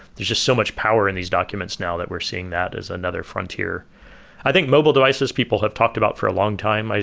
there's just so much power in these documents now that we're seeing that as another frontier i think mobile devices people have talked about for a long time.